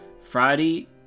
Friday